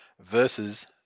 versus